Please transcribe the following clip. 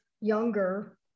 younger